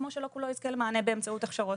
כמו שלא כולו יזכה למענה באמצעות הכשרות.